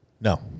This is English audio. No